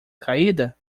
caída